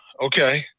okay